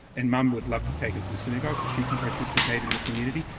and mum would love to take him to the synagogue, so she can participate in the community.